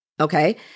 Okay